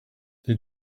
did